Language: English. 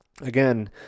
Again